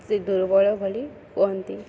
ସେ ଦୁର୍ବଳ ବୋଲି କୁହନ୍ତି